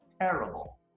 terrible